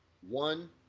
one